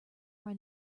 our